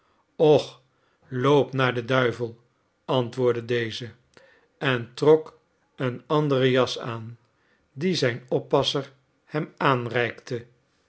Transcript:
och loop naar den duivel antwoordde deze en trok een andere jas aan die zijn oppasser hem aanreikte